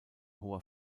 hoher